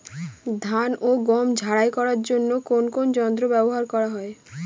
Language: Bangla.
ধান ও গম ঝারাই করার জন্য কোন কোন যন্ত্র ব্যাবহার করা হয়?